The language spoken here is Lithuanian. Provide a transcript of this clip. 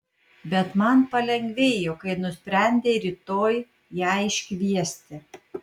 bet man palengvėjo kai nusprendei rytoj ją iškviesti